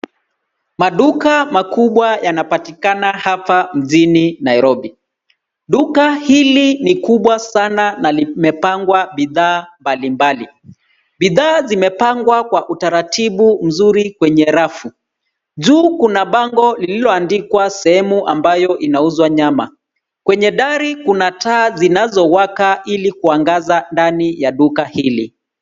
Maduka makubwa yanapatikana hapa mjini Nairobi. Duka hili ni kubwa sana na limepangwa bidhaa mbalimbali. Bidhaa zimepangwa kwa utaratibu mzuri kwenye rafu. Juu, kuna bango lililoandikwa sehemu ambayo inauzwa nyama. Kwenye dari kuna taa zinazowaka ili kuangaza ndani ya duka hili.